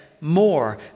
more